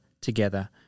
together